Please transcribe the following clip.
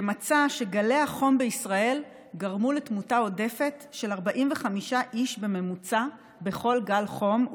שמצא שגלי החום בישראל גרמו לתמותה עודפת של 45 איש בממוצע בכל גל חום,